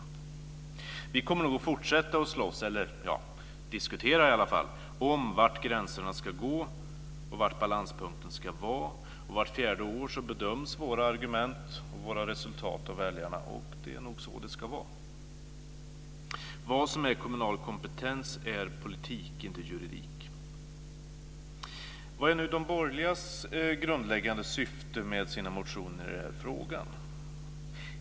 Vi kommer nog att fortsätta att slåss, eller i alla fall diskutera, om var gränserna ska gå och var balanspunkten ska vara. Vart fjärde år bedöms våra argument och våra resultat av väljarna. Det är nog så det ska vara. Vad som är kommunal kompetens är politik, inte juridik. Vad är nu de borgerligas grundläggande syfte med sina motioner? Det är frågan.